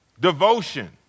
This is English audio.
devotion